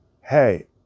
hey